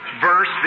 verse